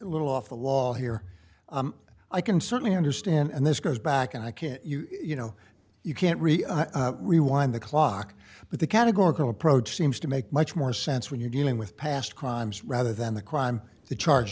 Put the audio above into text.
little off the law here i can certainly understand and this goes back and i can't you know you can't really rewind the clock but the categorical approach seems to make much more sense when you're dealing with past crimes rather than the crime the charge